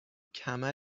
کمر